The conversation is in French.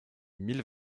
mille